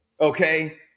okay